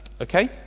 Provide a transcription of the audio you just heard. okay